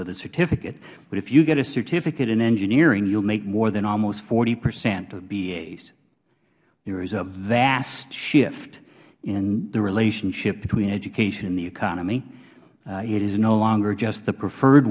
with a certificate but if you get a certificate in engineering you will make more than almost forty percent of bas there is a vast shift in the relationship between education and the economy it is no longer just the preferred